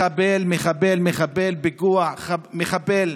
מחבל מחבל מחבל, פיגוע, מחבל.